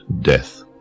Death